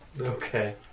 Okay